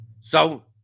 So-